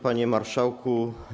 Panie Marszałku!